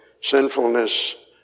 sinfulness